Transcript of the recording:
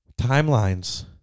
timelines